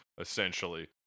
essentially